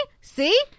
see